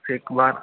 एक बार